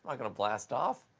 um going to blast off.